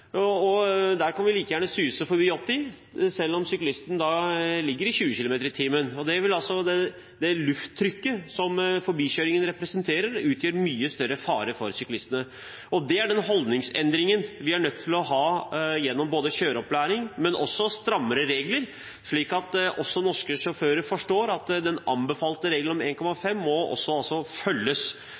kan vi like gjerne suse forbi i 80 km/t, selv om syklisten har en fart på 20 km/t. Det lufttrykket som forbikjøringen representerer, utgjør en mye større fare for syklistene. Det er den holdningsendringen vi er nødt til å få til, gjennom både kjøreopplæring og strammere regler, slik at også norske sjåfører forstår at den anbefalte regelen om 1,5 meter må